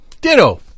Ditto